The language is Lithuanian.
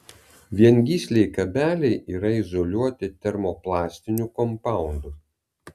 viengysliai kabeliai yra izoliuoti termoplastiniu kompaundu